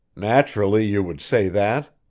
naturally, you would say that.